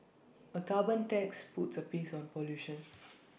A carbon tax puts A price on pollution